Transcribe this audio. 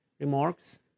remarks